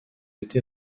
été